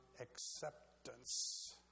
acceptance